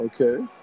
Okay